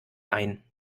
ein